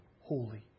holy